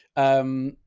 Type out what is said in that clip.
um,